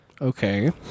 Okay